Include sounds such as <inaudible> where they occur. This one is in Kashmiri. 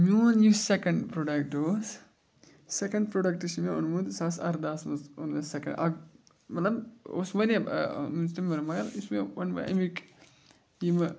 میون یُس سیٚکَنٛڈ پروڈَکٹ اوس سیٚکَنٛڈ پروڈَکٹ چھُ مےٚ اوٚنمُت زٕ ساس اَرداہَس منٛز اوٚن مےٚ سیٚکَنٛڈ اَکھ مطلب اوس واریاہ تٔمۍ <unintelligible> مگر یُس مےٚ ووٚن مےٚ اَمِکۍ یِمہٕ